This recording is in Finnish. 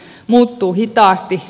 se muuttuu hitaasti